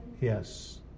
Yes